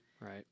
right